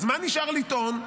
אז מה נשאר לטעון?